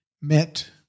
met